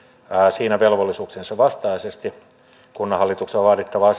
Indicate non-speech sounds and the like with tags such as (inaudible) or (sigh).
siinä velvollisuuksiensa vastaisesti kunnanhallituksen on vaadittava (unintelligible)